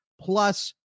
plus